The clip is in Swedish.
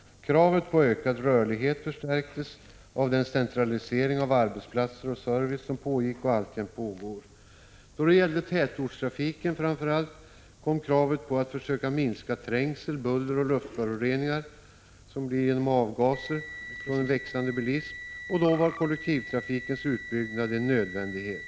Kravet på ökad rörlighet förstärktes av den centralisering av arbetsplatser och service som pågick och alltjämt pågår. Framför allt då det gällde tätortstrafiken restes kravet på att försöka minska trängsel, buller och luftföroreningar från en växande bilism, och då var kollektivtrafikens utbyggnad en nödvändighet.